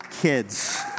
Kids